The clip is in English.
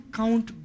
count